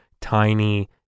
Tiny